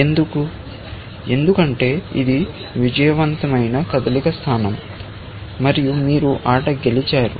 ఎందుకు ఎందుకంటే ఇది విజయవంతమైన కదలిక స్థానం మరియు మీరు ఆట గెలిచారు